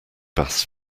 bass